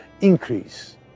increase